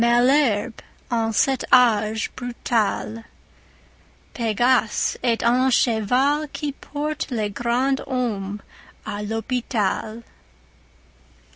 en cet âge brutal pégase est un cheval qui porte les grands hommes à l'hôpital